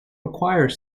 require